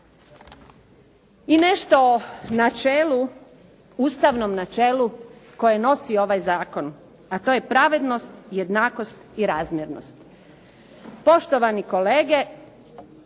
I nešto o načelu, ustavnom načelu koje nosi ovaj zakon, a to je pravednost, jednakost i razmjernost. Poštovani kolege,